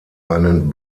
einen